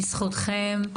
בזכותכם.